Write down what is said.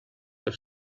have